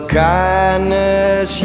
kindness